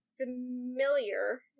familiar